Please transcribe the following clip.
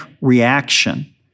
reaction